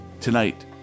Tonight